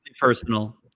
personal